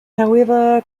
however